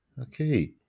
Okay